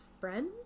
friend